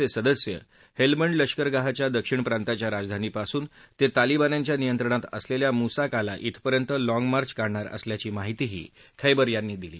चे सदस्य हेल्मंड लष्करगाहच्या दक्षिण प्रांताच्या राजधानीपासून ते तालिबान्यांच्या नियंत्रणात असलेल्या मुसा काला ब्रिपर्यंत लाँग मार्च काढणार असल्याची माहितीही खैबर यांनी दिली